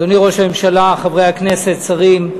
אדוני ראש הממשלה, חברי הכנסת, שרים,